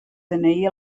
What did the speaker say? dni